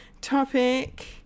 topic